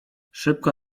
szybko